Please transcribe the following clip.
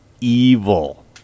evil